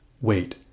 wait